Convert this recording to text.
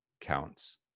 counts